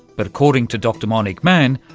but according to dr monique mann,